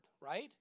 right